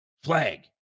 Flag